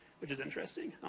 which is interesting.